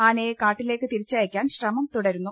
ആനയെ കാട്ടിലേക്ക് തിരിച്ചയക്കാൻ ശ്രമം തുടരുന്നു